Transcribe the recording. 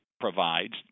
provides